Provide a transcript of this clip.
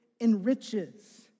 enriches